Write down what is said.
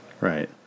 Right